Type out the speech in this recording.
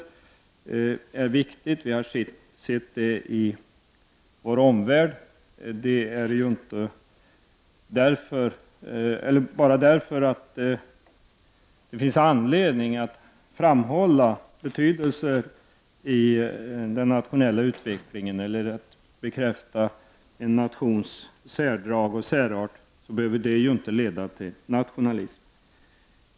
Sådant är viktigt, och det har framgått också av förhållandena i omvärlden. Men det faktum att det finns anledning att framhålla betydelsen av den nationella utvecklingen eller att bekräfta en nations särdrag och särart behöver ju inte leda till nationalism.